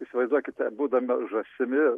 įsivaizduokite būdama žąsimi